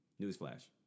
newsflash